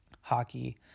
hockey